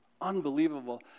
Unbelievable